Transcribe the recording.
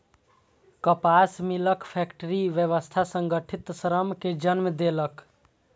कपास मिलक फैक्टरी व्यवस्था संगठित श्रम कें जन्म देलक